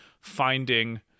finding